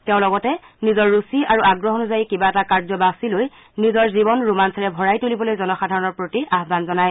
তেওঁ লগতে নিজৰ ৰুচি আৰু আগ্ৰহ অনুযায়ী কিবা এটা কাৰ্য বাচি লৈ নিজৰ জীৱন ৰমাঞ্চৰে ভৰাই তুলিবলৈ জনসাধাৰণৰ প্ৰতি আয়ান জনায়